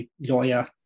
lawyer